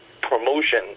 promotion